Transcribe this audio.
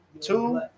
two